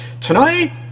Tonight